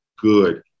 good